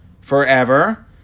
forever